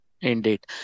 Indeed